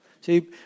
See